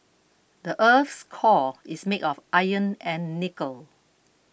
the earth's core is made of iron and nickel